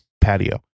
patio